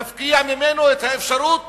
להפקיע ממנו את האפשרות